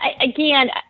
again